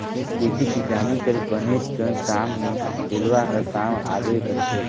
खेती किसानी कर बनेचकन काम मे डेलवा हर काम आबे करथे